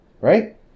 Right